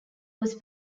was